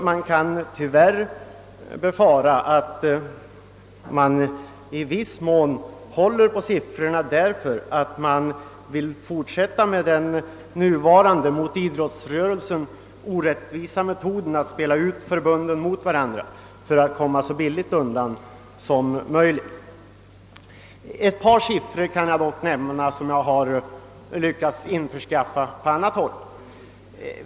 Det kan tyvärr befaras att Sveriges Radio i viss mån håller på siffrorna därför att man vill fortsätta med den nuvarande, mot idrottsrörelsen orättvisa metoden att spela ut förbunden mot varandra för att komma så billigt undan som möjligt. Ett par siffror kan jag dock nämna som jag har lyckats införskaffa på annat håll.